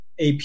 AP